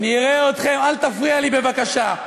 נראה אתכם, אתה חושב, אל תפריע לי בבקשה.